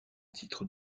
titre